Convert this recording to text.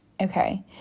Okay